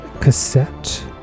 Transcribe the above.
cassette